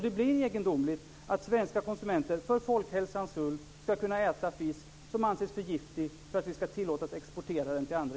Det blir egendomligt att svenska konsumenter för folkhälsans skull ska kunna äta fisk som anses för giftig för att vi ska tillåtas exportera den till andra